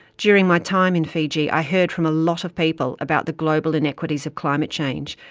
during my time in fiji, i heard from a lot of people about the global inequities of climate change,